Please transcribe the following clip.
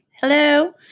hello